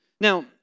Now